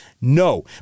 No